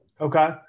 Okay